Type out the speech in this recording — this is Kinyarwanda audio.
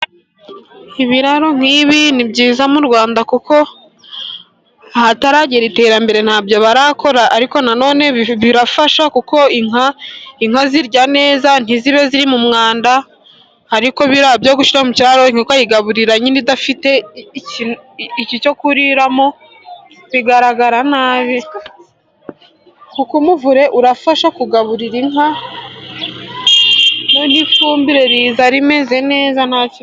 Ibiraro nk'ibi ni byiza mu Rwanda, kuko ahataragera iterambere ntabyo barakora, ariko na none birafasha kuko inka zirya neza, ntizibe ziri mu mwanda ariko biriya byo gushyira mu kiraro inka ukayigaburira nyine idafite icyo kuriramo bigaragara nabi, kuko umuvure urafasha kugaburira inka, ifumbire riza rimeze neza.